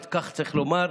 וכך צריך לומר,